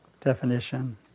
definition